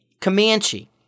Comanche